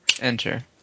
enter